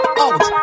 out